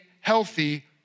healthy